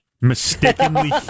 Mistakenly